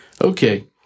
Okay